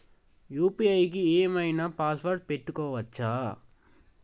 UPI కి ఏం ఐనా పాస్వర్డ్ పెట్టుకోవచ్చా?